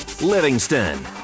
livingston